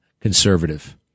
conservative